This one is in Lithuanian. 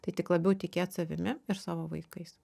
tai tik labiau tikėt savimi ir savo vaikais